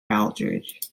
aldridge